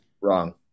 Wrong